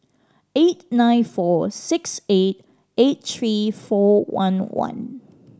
eight nine four six eight eight three four one one